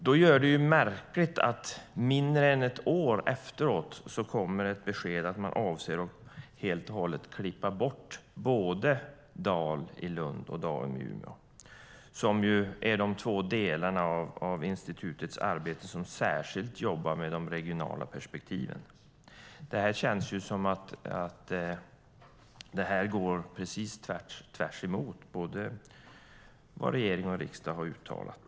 Då är det märkligt att det mindre än ett år efteråt kommer ett besked om att man avser att helt och hållet klippa bort både Dal i Lund och Daum i Umeå som är de två delar av institutets arbete som särskilt jobbar med de regionala perspektiven. Det känns som att det går precis tvärtemot vad både regering och riksdag har uttalat.